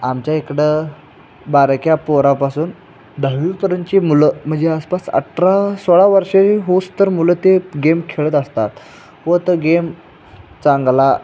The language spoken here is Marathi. आमच्या इकडं बारक्या पोरापासून दहावीपर्यंतची मुलं म्हणजे आसपास अठरा सोळा वर्षे होईस्तोवर मुलं ते गेम खेळत असतात व तो गेम चांगला